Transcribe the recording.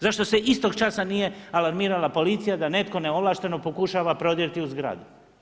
Zašto se istog časa nije alarmirala policija da netko neovlašteno pokušava prodrijeti u zgradu?